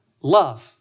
love